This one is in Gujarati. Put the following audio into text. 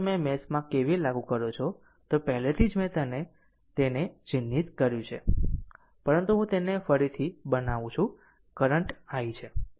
આમ જો તમે આ મેશમાં KVL લાગુ કરો છો તો પહેલાથી જ મેં તેને ચિહ્નિત કર્યું છે પરંતુ હું તેને ફરીથી બનાવું છું કરંટ i છે